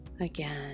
again